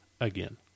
Again